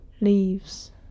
Leaves